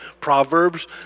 Proverbs